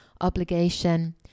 obligation